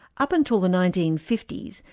up until the nineteen fifty s,